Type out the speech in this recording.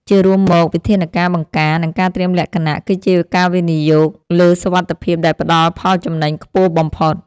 ជារួមមក វិធានការបង្ការ និងការត្រៀមលក្ខណៈ គឺជាការវិនិយោគលើសុវត្ថិភាពដែលផ្ដល់ផលចំណេញខ្ពស់បំផុត។